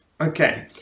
Okay